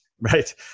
right